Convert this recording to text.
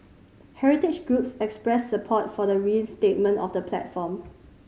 heritage groups expressed support for the reinstatement of the platform